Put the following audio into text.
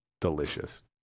Delicious